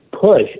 push